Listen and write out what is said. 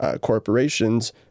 corporations